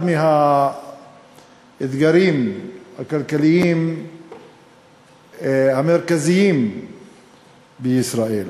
מהאתגרים הכלכליים המרכזיים בישראל.